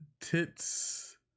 Tits